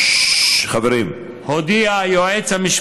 חברים בצד שמאל, שקט.